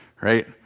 Right